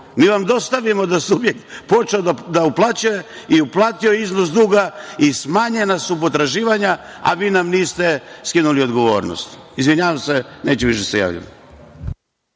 Mi vam dostavimo da je subjekt počeo da uplaćuje i uplatio je iznos duga i smanjena su potraživanja, a vi nam niste skinuli odgovornost. Izvinjavam se. Neću više da se javljam.